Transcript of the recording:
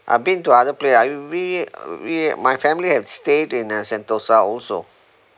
I've been to other place are you really really my family have stayed in uh sentosa also